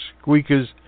squeakers